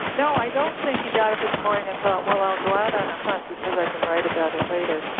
no, i don't think he got up in the morning and thought, well, i'll go out on a hunt because i can write about it later.